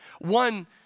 one